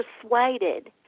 persuaded